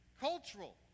Cultural